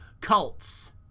cults